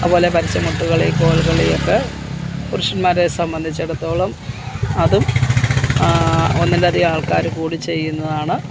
അതുപോലെ പരിചമുട്ട് കളി കോൽകളി ഒക്കെ പുരുഷന്മാരെ സംബന്ധിച്ചെടുത്തോളം അതും ഒന്നിൽ അധികം ആൾക്കാർ കൂടി ചെയ്യുന്നതാണ്